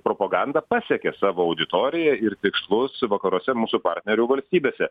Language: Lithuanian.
propoganda pasiekė savo auditoriją ir tikslus vakaruose mūsų partnerių valstybėse